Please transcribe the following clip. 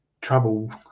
trouble